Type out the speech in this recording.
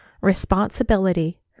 Responsibility